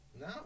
No